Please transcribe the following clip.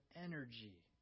energy